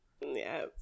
yes